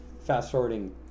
fast-forwarding